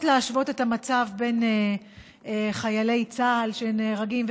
להשוות את המצב של חיילי צה"ל שנהרגים,